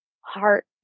heart